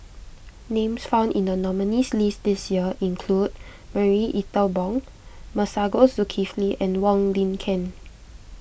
names found in the nominees' list this year include Marie Ethel Bong Masagos Zulkifli and Wong Lin Ken